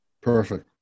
Perfect